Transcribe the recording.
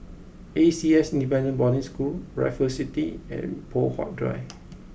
A C S Independent Boarding School Raffles City and Poh Huat Drive